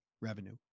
revenue